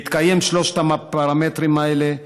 בהתקיים שלושת הפרמטרים האלה,